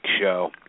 show